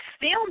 film